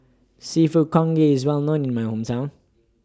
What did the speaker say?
Seafood Congee IS Well known in My Hometown